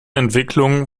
entwicklung